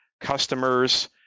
customers